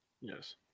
Yes